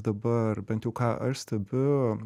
dabar bent jau ką aš stebiu